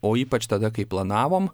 o ypač tada kai planavom